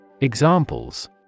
Examples